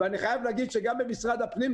אני חייב להגיד שגם במשרד הפנים,